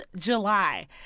July